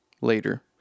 later